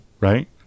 right